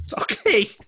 Okay